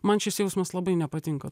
man šis jausmas labai nepatinka